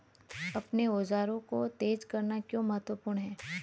अपने औजारों को तेज करना क्यों महत्वपूर्ण है?